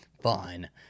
fine